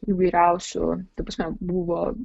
įvairiausių ta prasme buvo